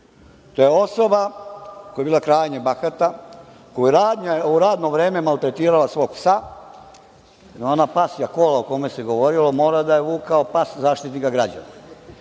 To je osoba koja je bila krajnje bahata, koja je u radno vreme maltretirala svog psa, ona pasja kola o kojima se govorilo mora da je vukao pas Zaštitnika građana.